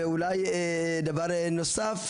4. הסברה: